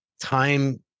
time